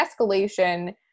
escalation